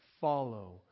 Follow